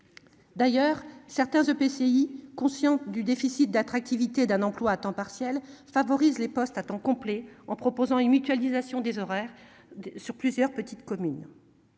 D'ailleurs certains EPCI consciente du déficit d'attractivité, d'un emploi à temps partiel favorise les postes à temps complet en proposant une mutualisation des horaires. Sur plusieurs petites communes.